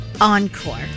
Encore